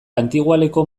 antigoaleko